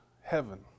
heaven